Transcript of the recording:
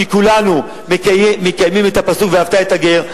כי כולנו מקיימים את הפסוק "ואהבת את הגר".